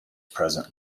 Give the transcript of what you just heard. present